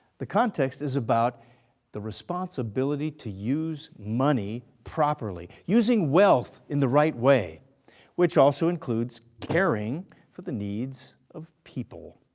the context is about the responsibility to use money properly, using wealth in the right way which also includes caring for the needs of people.